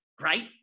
right